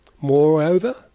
Moreover